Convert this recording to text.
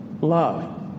love